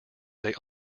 they